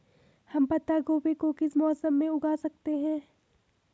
हम पत्ता गोभी को किस मौसम में उगा सकते हैं?